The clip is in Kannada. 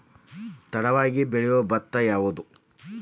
ತಡವಾಗಿ ಬೆಳಿಯೊ ಭತ್ತ ಯಾವುದ್ರೇ?